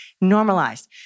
Normalized